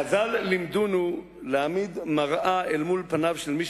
חז"ל לימדונו להעמיד מראה אל מול פניו של מי